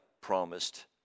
promised